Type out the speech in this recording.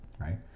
right